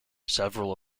several